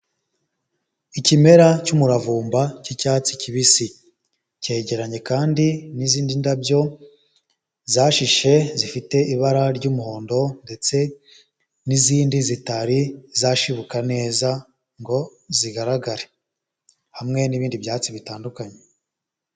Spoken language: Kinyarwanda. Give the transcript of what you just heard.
Ikimera cy'umuravumba cy'icyatsi kibisi,, cyegeranye kandi n'izindi ndabyo zashishe, zifite ibara ry'umuhondo, ndetse n'izindi zitari zashibuka neza, ngo zigaragare, hamwe n'ibindi byatsi bitandukanye.